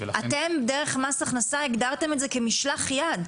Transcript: אתם דרך מס הכנסה הגדרתם את זה כמשלח יד.